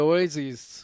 Oasis